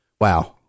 wow